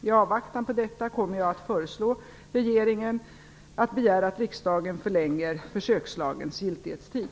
I avvaktan på detta kommer jag att föreslå regeringen att begära att riksdagen förlänger försökslagens giltighetstid.